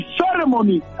ceremony